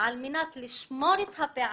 על מנת לשמור את הפערים,